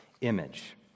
image